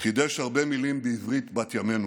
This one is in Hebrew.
חידש הרבה מילים בעברית בת ימינו,